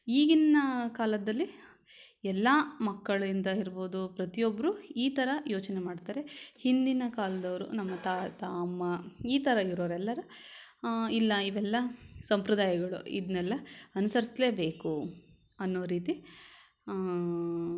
ಈಗಿನ ಕಾಲದಲ್ಲಿ ಎಲ್ಲ ಮಕ್ಕಳಿಂದ ಇರ್ಬೌದು ಪ್ರತಿಯೊಬ್ಬರು ಈ ಥರ ಯೋಚನೆ ಮಾಡ್ತಾರೆ ಹಿಂದಿನ ಕಾಲದವರು ನಮ್ಮ ತಾತ ಅಮ್ಮ ಈ ಥರ ಇರೋರೆಲ್ಲರೂ ಇಲ್ಲ ಇವೆಲ್ಲ ಸಂಪ್ರದಾಯಗಳು ಇದನ್ನೆಲ್ಲ ಅನುಸರಿಸ್ಲೇಬೇಕು ಅನ್ನೋ ರೀತಿ